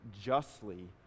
justly